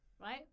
right